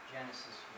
Genesis